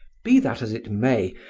be that as it may,